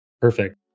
perfect